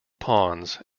ponds